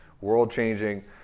world-changing